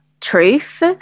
truth